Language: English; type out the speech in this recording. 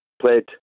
played